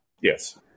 Yes